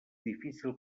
difícil